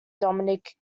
dominic